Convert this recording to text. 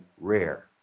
rare